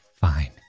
fine